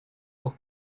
will